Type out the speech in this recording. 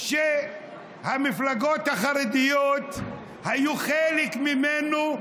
המפלגות החרדיות היו חלק ממנו,